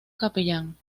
capellán